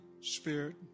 Spirit